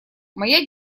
моя